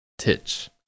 titch